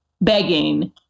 begging